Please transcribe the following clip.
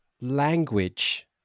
language